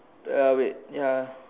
uh wait ya